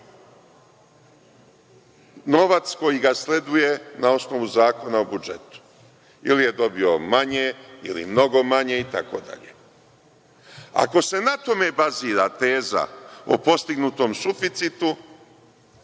novac koji ga sleduje na osnovu Zakona o budžetu. Ili je dobio manje ili mnogo manje itd. Ako se na tome bazira teza o postignutom suficitu,